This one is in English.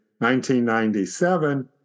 1997